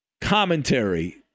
commentary